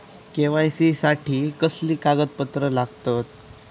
KYC साठी कसली कागदपत्र लागतत?